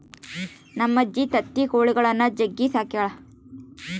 ನಮ್ಮಜ್ಜಿ ತತ್ತಿ ಕೊಳಿಗುಳ್ನ ಜಗ್ಗಿ ಸಾಕ್ಯಳ